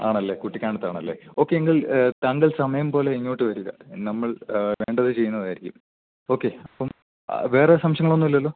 ആണല്ലേ കുട്ടിക്കാനത്താണല്ലേ ഓക്കെ എങ്കിൽ താങ്കൾ സമയം പോലെ ഇങ്ങോട്ട് വരിക നമ്മൾ വേണ്ടത് ചെയ്യുന്നതായിരിക്കും ഓക്കെ അപ്പം വേറെ സംശയങ്ങളൊന്നും ഇല്ലല്ലോ